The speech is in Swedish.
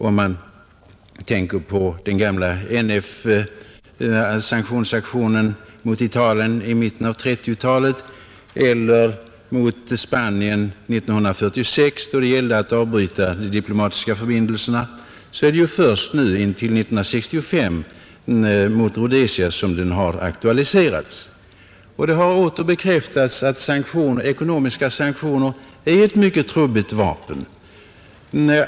Efter den gamla NF-sanktionsaktionen mot Italien i mitten av 1930-talet och aktionen mot Spanien 1946, då det gällde att avbryta de diplomatiska förbindelserna, är det först 1965 som sanktioner har aktualiserats, denna gång mot Rhodesia. Det har åter bekräftats att ekonomiska sanktioner är ett mycket trubbigt vapen.